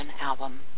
Album